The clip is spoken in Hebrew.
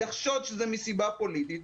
יחשוד שזה מסיבה פוליטית,